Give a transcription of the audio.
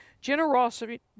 Generosity